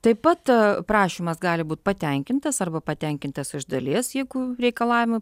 taip pat prašymas gali būt patenkintas arba patenkintas iš dalies jeigu reikalavimai